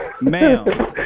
ma'am